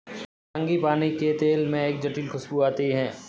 frangipani के तेल में एक जटिल खूशबू आती है